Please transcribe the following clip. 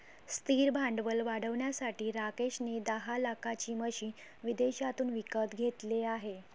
स्थिर भांडवल वाढवण्यासाठी राकेश ने दहा लाखाची मशीने विदेशातून विकत घेतले आहे